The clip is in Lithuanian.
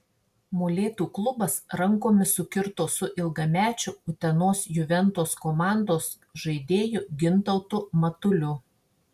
molėtų klubas rankomis sukirto su ilgamečiu utenos juventus komandos žaidėju gintautu matuliu